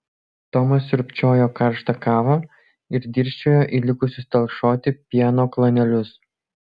tomas sriubčiojo karštą kavą ir dirsčiojo į likusius telkšoti pieno klanelius